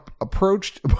approached